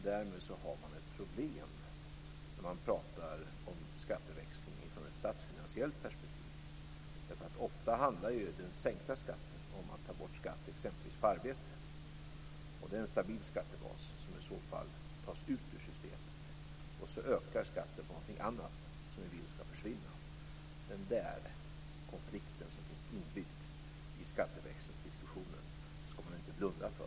Därmed finns det ett problem när man talar om skatteväxling i ett statsfinansiellt perspektiv. Ofta handlar ju sänkt skatt om att ta bort skatt, exempelvis på arbete. Det är en stabil skattebas som i så fall tas ut ur systemet och då ökar skatten på något annat som vi vill skall försvinna. Den konflikt som finns inbyggd i skatteväxlingsdiskussionen skall man inte blunda för.